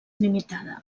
limitada